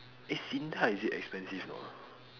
eh SINDA is it expensive not ah